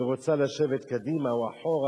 ורוצה לשבת קדימה או אחורה,